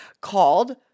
called